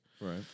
Right